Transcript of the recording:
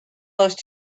those